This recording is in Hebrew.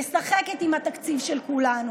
משחקת עם התקציב של כולנו.